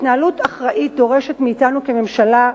התנהלות אחראית דורשת מאתנו, כממשלה,